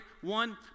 one